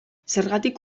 zergatik